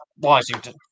Washington